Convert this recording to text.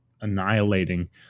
annihilating